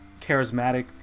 charismatic